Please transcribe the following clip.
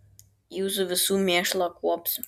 jūsų visų mėšlą kuopsiu